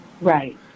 Right